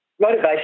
motivation